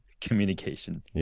communication